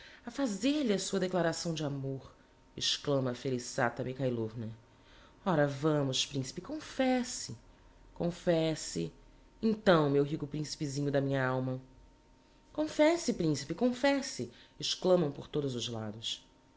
a fazer-lhe a sua declaração de amor exclama a felissata mikhailovna ora vamos principe confesse confesse então meu rico principezinho da minha alma confesse principe confesse exclamam por todos os lados